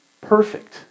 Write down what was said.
perfect